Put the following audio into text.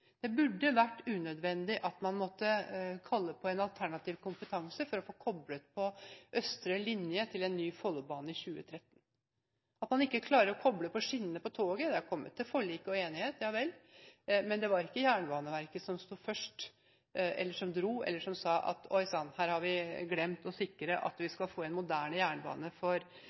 Det burde vært unødvendig å måtte kalle på alternativ kompetanse for å få koblet på østre linje til en ny Follo-bane i 2013, da man ikke klarte å koble på skinnene på toget. Det har kommet til forlik og enighet, ja vel, men det var ikke Jernbaneverket som sto først, eller som dro, eller som sa: Oi sann, her har vi glemt å sikre at vi skal få en moderne jernbane for